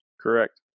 Correct